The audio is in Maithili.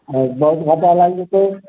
हइ बड़ी घाटा लागि जेतै